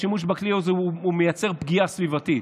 שהשימוש בכלי הזה מייצר פגיעה סביבתית.